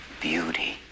beauty